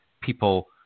people